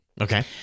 okay